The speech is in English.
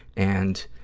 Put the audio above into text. and,